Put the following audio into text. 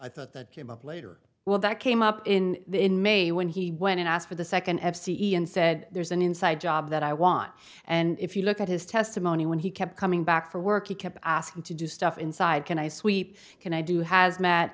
i thought that came up later well that came up in in may when he went and asked for the second f c e and said there's an inside job that i want and if you look at his testimony when he kept coming back for work he kept asking to do stuff inside can i sweep can i do ha